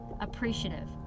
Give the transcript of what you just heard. appreciative